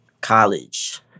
College